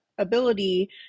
ability